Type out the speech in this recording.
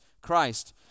Christ